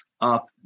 up